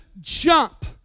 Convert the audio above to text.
jump